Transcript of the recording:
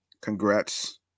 congrats